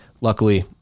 Luckily